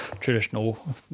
traditional